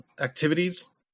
activities